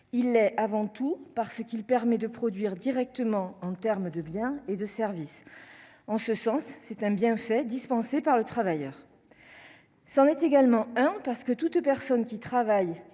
il est avant tout parce qu'il permet de produire directement en termes de biens et de services en ce sens c'est un bienfait dispensés par le travailleur s'en est également un parce que toute personne qui travaille